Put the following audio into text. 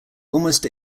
almost